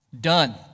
Done